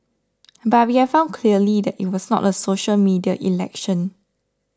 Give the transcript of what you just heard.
but we have found clearly that it was not a social media election